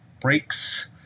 breaks